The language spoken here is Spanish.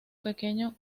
pequeño